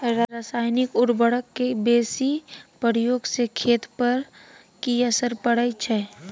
रसायनिक उर्वरक के बेसी प्रयोग से खेत पर की असर परै छै?